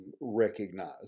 recognized